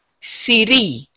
Siri